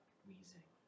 Wheezing